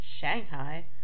Shanghai